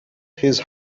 his